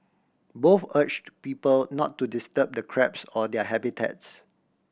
both urged people not to disturb the crabs or their habitats